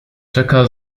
czeka